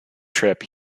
trip